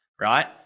right